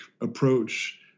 approach